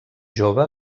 jove